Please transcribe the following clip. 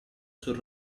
sul